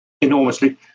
enormously